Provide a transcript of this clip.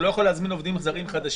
הוא לא יכול להזמין עובדים זרים חדשים.